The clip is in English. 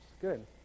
Good